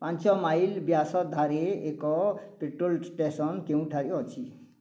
ପାଞ୍ଚ ମାଇଲ୍ ବ୍ୟାସାର୍ଦ୍ଧରେ ଏକ ପେଟ୍ରୋଲ୍ ଷ୍ଟେସନ୍ କେଉଁଠାରେ ଅଛି